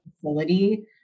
facility